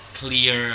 clear